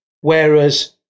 Whereas